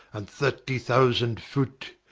and thirty thousand foot,